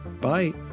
Bye